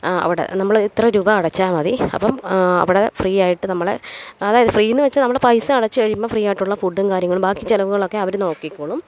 അവിടെ നമ്മള് ഇത്ര രൂപ അടച്ചാല് മതി അപ്പോള് അവിടെ ഫ്രീ ആയിട്ട് നമ്മളെ അതായത് ഫ്രീ എന്നുവച്ചാല് നമ്മള് പൈസ അടച്ചു കഴിയുമ്പോള് ഫ്രീയായിട്ടുള്ള ഫുഡും കാര്യങ്ങളും ബാക്കി ചെലവുകളൊക്കെ അവര് നോക്കിക്കോളും